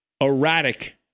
erratic